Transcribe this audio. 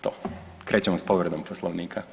To krećemo sa povredom Poslovnika.